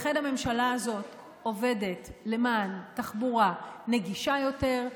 לכן הממשלה הזאת עובדת למען תחבורה נגישה יותר,